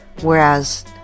whereas